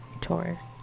Taurus